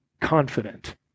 confident